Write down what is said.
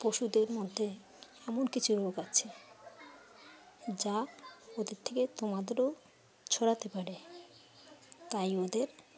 পশুদের মধ্যে এমন কিছু রোগ আছে যা ওদের থেকে তোমাদেরও ছড়াতে পারে তাই ওদের